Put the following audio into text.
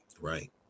Right